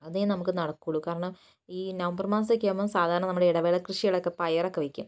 അതേ നമുക്ക് നടക്കുകയുള്ളു കാരണം ഈ നവംബർ മാസമൊക്കെ ആവുമ്പോൾ സാധാരണ നമ്മൾ ഇടവേള കൃഷികളൊക്കെ പയറൊക്കെ വയ്ക്കും